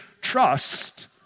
trust